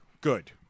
good